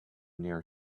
near